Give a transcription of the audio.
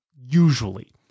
usually